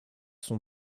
sont